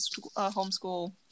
homeschool